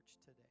today